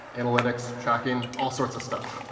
analytics, tracking, all sorts of stuff.